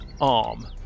arm